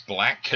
Black